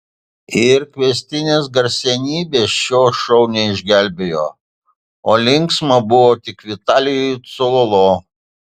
ir kviestinės garsenybės šio šou neišgelbėjo o linksma buvo tik vitalijui cololo